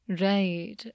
Right